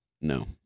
No